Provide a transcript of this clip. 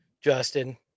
Justin